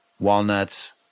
walnuts